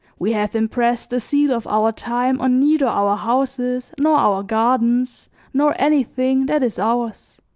we have impressed the seal of our time on neither our houses nor our gardens nor anything that is ours.